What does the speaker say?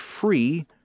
free